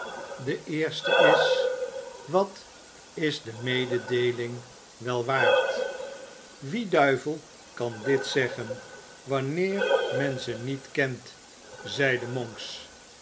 de eerste is wat is de mededeeling wel waard wie duivel kan dit zeggen wanneer men ze niet kent zeide monks